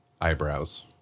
eyebrows